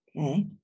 Okay